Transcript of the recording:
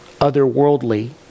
otherworldly